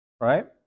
right